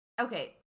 okay